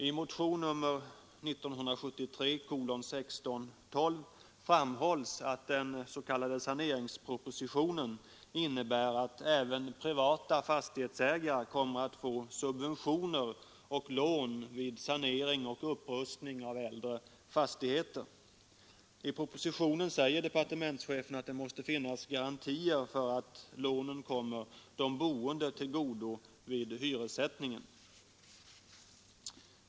I motion nr 1612 framhålls att den s.k. saneringspropositionen innebär att även privata fastighetsägare kommer att få subventioner och lån vid sanering och upprustning av äldre fastigheter. I propositionen säger departementschefen att det måste finnas garantier för att lånen kommer de boende till godo vid hyressättningen.